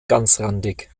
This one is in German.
ganzrandig